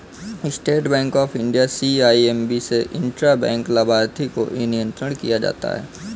state Bank of India CIMB से intra bank लाभार्थी को नियंत्रण किया जाता है